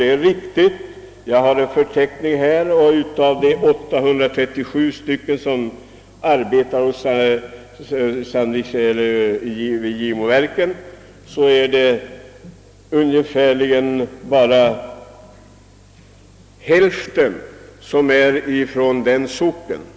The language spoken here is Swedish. Det är riktigt; av en förteckning jag har framgår att av de 837 som arbetar i Gimoverket är endast hälften från Gimo.